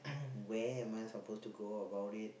where am I supposed to go about it